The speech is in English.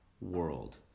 world